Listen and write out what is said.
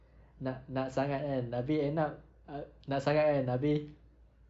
nak nak sangat kan tapi end up uh nak sangat kan tapi